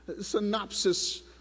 synopsis